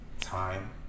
time